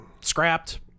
Scrapped